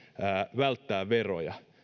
välttää veroja